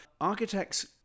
Architects